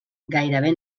gairebé